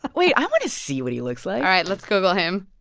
ah wait, i want to see what he looks like all right, let's google him.